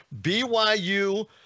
BYU